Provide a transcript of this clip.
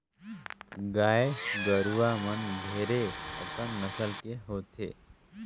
गाय गरुवा मन ढेरे अकन नसल के होथे